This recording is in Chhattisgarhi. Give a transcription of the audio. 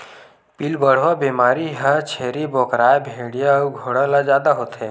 पिलबढ़वा बेमारी ह छेरी बोकराए भेड़िया अउ घोड़ा ल जादा होथे